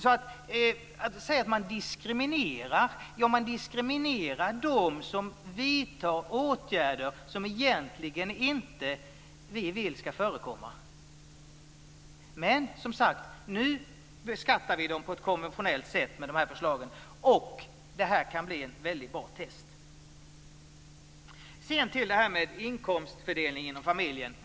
Ja, de som vidtar åtgärder som vi egentligen inte vill ska förekomma diskrimineras. Men med dessa förslag ska de beskattas på ett konventionellt sätt - och det blir ett bra test. Sedan till frågan om inkomstfördelningen inom familjen.